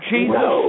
Jesus